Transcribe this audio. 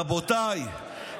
רבותיי,